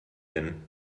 denn